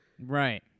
Right